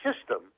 system